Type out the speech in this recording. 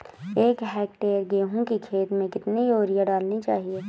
एक हेक्टेयर गेहूँ की खेत में कितनी यूरिया डालनी चाहिए?